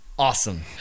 Awesome